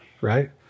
right